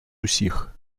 усіх